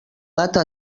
data